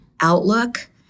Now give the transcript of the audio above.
outlook